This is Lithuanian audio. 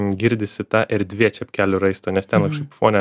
girdisi ta erdvė čepkelių raisto nes ten kažkaip fone